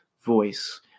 voice